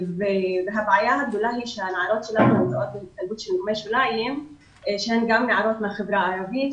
הבעיה הגדולה היא שהנערות של היום שהן גם נערות מהחברה הערבית,